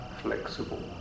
flexible